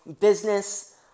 business